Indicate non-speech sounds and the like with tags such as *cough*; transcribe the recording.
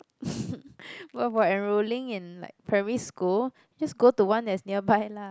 *laughs* but for enrolling in like primary school just go to one that's nearby lah